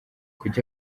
kuki